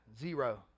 zero